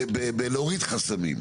בלהוריד חסמים.